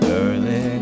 early